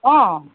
অ